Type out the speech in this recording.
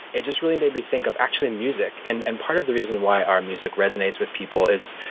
it just really made me think of actually music. and and part of the reason why our music resonates with people is,